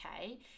okay